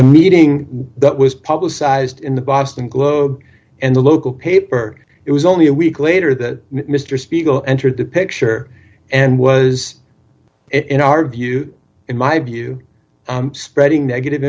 meeting that was publicized in the boston globe and the local paper it was only a week later that mr spiegel entered the picture and was in our view in my view spreading negative